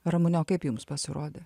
ramune o kaip jums pasirodė